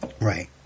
Right